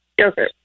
Okay